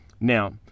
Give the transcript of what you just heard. Now